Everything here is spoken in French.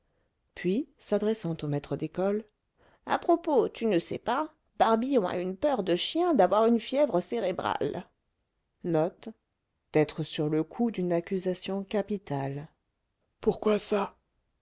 puis s'adressant au maître d'école à propos tu ne sais pas barbillon a une peur de chien d'avoir une fièvre cérébrale pourquoi ça